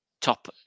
top